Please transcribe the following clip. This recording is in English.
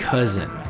Cousin